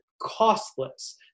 costless